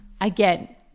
Again